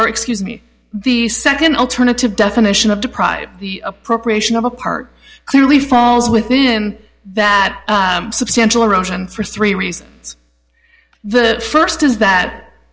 or excuse me the second alternative definition of deprive the appropriation of a part clearly falls within that substantial erosion for three reasons the first is that